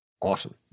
Awesome